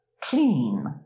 clean